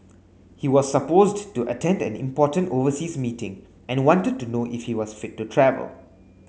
he was supposed to attend an important overseas meeting and wanted to know if he was fit to travel